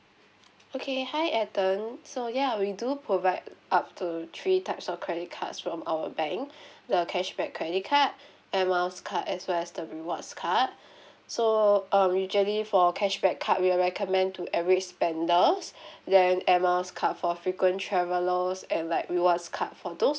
okay hi ethan so ya we do provide up to three types of credit cards from our bank the cashback credit card airmiles card as well as the rewards card so um usually for cashback card we will recommend to every spenders then airmiles card for frequent travels and like rewards card for those